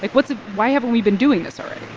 like what's it why haven't we been doing this already?